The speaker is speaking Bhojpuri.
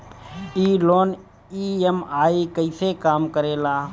ई लोन ई.एम.आई कईसे काम करेला?